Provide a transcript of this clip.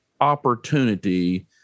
opportunity